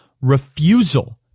refusal